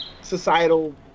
societal